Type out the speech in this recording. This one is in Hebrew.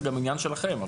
זה גם עניין שלכם.